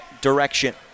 direction